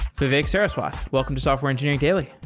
vivek saraswat, welcome to software engineering daily.